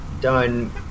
done